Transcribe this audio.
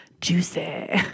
juicy